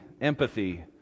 empathy